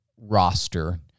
roster